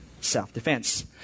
self-defense